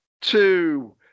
two